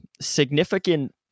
significant